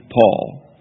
Paul